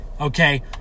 okay